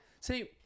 See